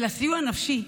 אלא סיוע נפשי,